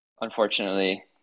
Unfortunately